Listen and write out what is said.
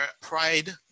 pride